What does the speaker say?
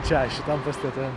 čia šitam pastate